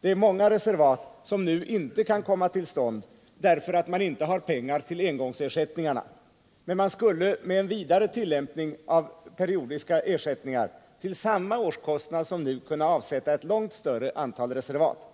Det är många reservat som nu inte kan komma till stånd därför att man inte har pengar till engångsersättningarna. Man skulle emellertid med en vidare tillämpning av periodiska ersättningar till samma årskostnad som nu kunna avsätta ett långt större antal reservat.